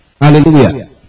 Hallelujah